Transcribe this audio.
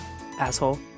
Asshole